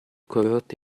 corrotti